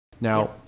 Now